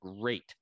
great